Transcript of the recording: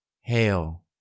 Hail